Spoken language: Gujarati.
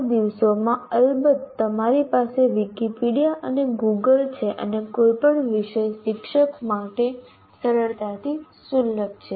આ દિવસોમાં અલબત્ત તમારી પાસે વિકિપીડિયા અને ગૂગલ છે અને કોઈપણ વિષય શિક્ષક માટે સરળતાથી સુલભ છે